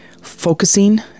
focusing